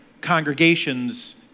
congregations